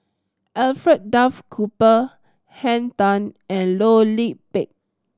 Alfred Duff Cooper Henn Tan and Loh Lik Peng